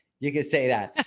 you can say that.